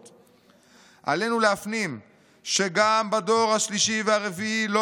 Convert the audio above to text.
"עלינו להפנים שגם בדור השלישי והרביעי לא